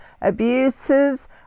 abuses